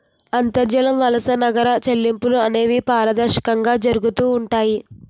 అంతర్జాలం వలన నగర చెల్లింపులు అనేవి పారదర్శకంగా జరుగుతూ ఉంటాయి